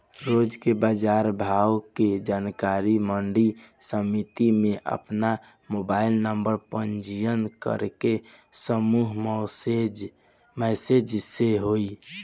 रोज के बाजार भाव के जानकारी मंडी समिति में आपन मोबाइल नंबर पंजीयन करके समूह मैसेज से होई?